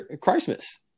Christmas